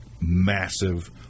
massive